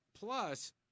Plus